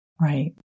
Right